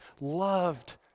loved